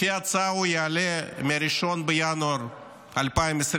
לפי ההצעה הוא יעלה ב-1 בינואר 2025,